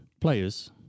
players